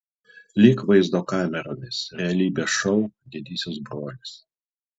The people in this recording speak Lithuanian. lyg vaizdo kameromis realybės šou didysis brolis